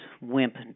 wimp